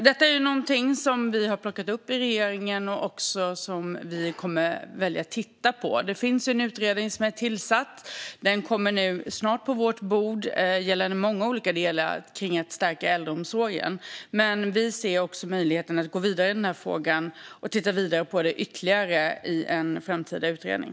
Detta är någonting som vi i regeringen har plockat upp och som vi kommer att välja att titta på. Det har tillsatts en utredning, och en utredning kommer snart att finnas på vårt bord gällande många olika delar för att stärka äldreomsorgen. Vi ser också möjligheten att gå vidare i den här frågan och titta vidare på den ytterligare i en framtida utredning.